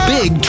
Big